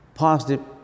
positive